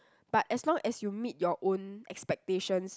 but as long as you meet your own expectations